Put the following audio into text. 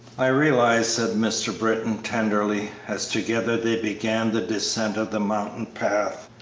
i realize, said mr. britton, tenderly, as together they began the descent of the mountain path,